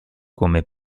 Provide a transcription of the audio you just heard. come